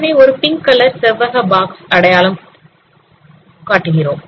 அதனை ஒரு pink colour செவ்வக பாக்ஸ் அடையாளம் காட்டுகிறோம்